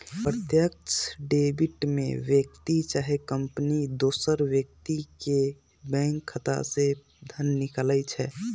प्रत्यक्ष डेबिट में व्यक्ति चाहे कंपनी दोसर व्यक्ति के बैंक खता से धन निकालइ छै